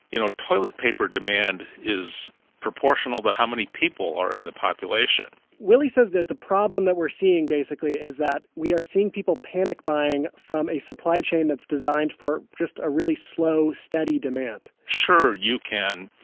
you know, toilet paper demand is proportional to but how many people are in the population willy says that the problem that we're seeing basically is that we are seeing people panic buying from a supply chain that's designed for just a really slow, steady demand sure, you can,